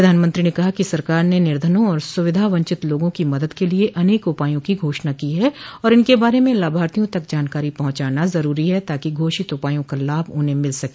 प्रधानमंत्री ने कहा कि सरकार ने निर्धनों और सुविधा वंचित लोगों की मदद के लिए अनेक उपायों की घोषणा की है और इनके बारे में लाभार्थियों तक जानकारी पहुंचाना जरूरी है ताकि घोषित उपायों का लाभ उन्हें मिल सके